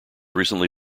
recently